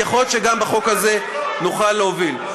יכול להיות שגם בחוק הזה נוכל להוביל.